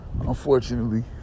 unfortunately